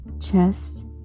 chest